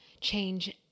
change